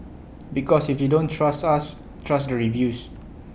because if you don't trust us trust the reviews